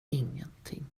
ingenting